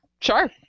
Sure